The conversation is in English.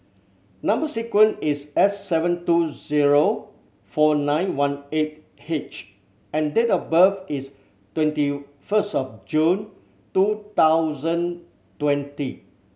number sequence is S seven two zero four nine one eight H and date of birth is twenty first of June two thousand twenty